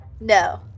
No